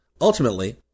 Ultimately